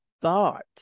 thoughts